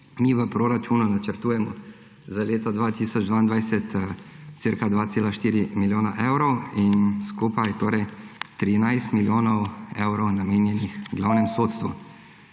Mi v proračunu načrtujemo za leto 2022 cca 2,4 milijona evrov, skupaj je torej 13 milijonov evrov namenjenih v glavnem sodstvu.